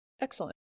excellent